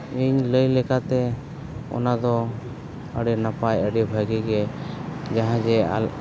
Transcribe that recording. ᱤᱧ ᱞᱟᱹᱭ ᱞᱮᱠᱟᱛᱮ ᱚᱱᱟ ᱫᱚ ᱟᱹᱰᱤ ᱱᱟᱯᱟᱭ ᱟᱹᱰᱤ ᱵᱷᱟᱹᱜᱤ ᱜᱮ ᱡᱟᱦᱟᱸ ᱜᱮ